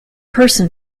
person